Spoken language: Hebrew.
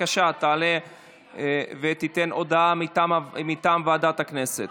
בבקשה תעלה ותיתן הודעה מטעם ועדת הכנסת.